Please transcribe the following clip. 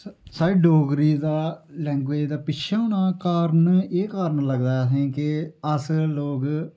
साढ़ी डोगरी दा लैंग्वेज दा पिच्छे होने दा कारण ऐ कारण लगदा असेंगी के अस लोक